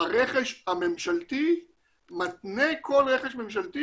הרכש הממשלתי מתנה כל רכש ממשלתי